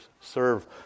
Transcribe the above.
Serve